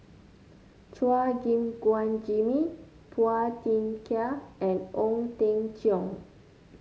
Chua Gim Guan Jimmy Phua Thin Kiay and Ong Teng Cheong